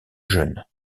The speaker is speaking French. jeune